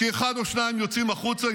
כי אחד או שניים יוצאים החוצה,